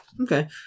okay